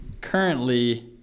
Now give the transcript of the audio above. currently